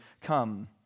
come